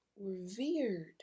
revered